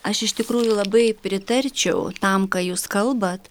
aš iš tikrųjų labai pritarčiau tam ką jūs kalbat